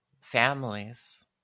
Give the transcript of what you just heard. families